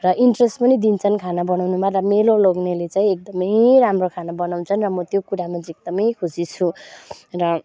र इन्ट्रेस्ट पनि दिन्छन् खाना बनाउनुमा र मेरो लोग्नेले चाहिँ एकदमै राम्रो खाना बनाउँछन् र त्यो कुरामा चाहिँ एकदमै खुसी छु र